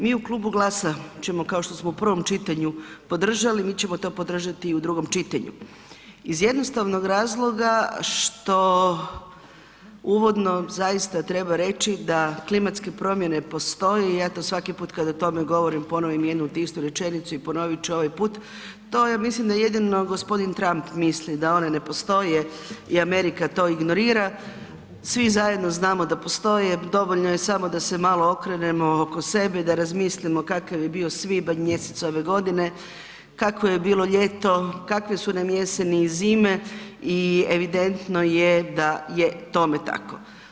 Mi u klubu GLAS-a ćemo kao što smo u prvom čitanju podržali, mi ćemo to podržat i u drugom čitanju iz jednostavnog razloga što uvodno zaista treba reći da klimatske promjene postoje i ja to svaki šut kad o tome govorim, ponovim jednu te istu rečenicu i ponovit ću ovaj put, to ja mislim da g. Trump misli da one ne postoje i Amerika to ignorira, svi zajedno znamo da postoje, dovoljno je samo da se malo okrenemo oko sebe i da razmislimo kakav je bio svibanj mjesec ove godine, kako je bilo ljeto, kakve su nam jeseni i zime i evidentno je da je tome tako.